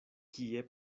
kie